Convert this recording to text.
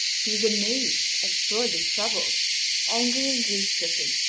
he was amazed and sorely troubled angry and grief-stricken,